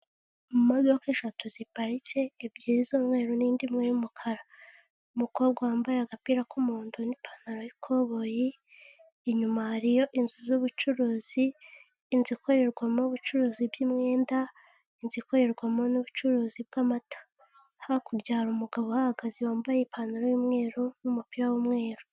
Imodoka eshatu ziparitse ebyiri z'umweru n'indi imwe y'umukara. Umukobwa wambaye agapira k'umuhondo n'ipantaro y'ikoboyi, inyuma hariyo inzu z'ubucuruzi, inzu ikorerwamo ubucuruzi bw'imyenda, inzu ikorerwamo n'ubucuruzi bw'amata. Hakurya hari umugabo uhahagaze wambaye ipantaro y'umweru n'umupira w'umweru.